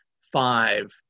five